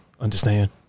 understand